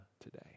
today